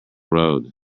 road